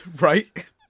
Right